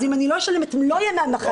אז אם אני לא אשלם את מלוא ימי המחלה